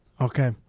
Okay